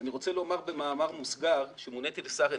אני רוצה לומר במאמר מוסגר שכאשר מוניתי לשר אנרגיה,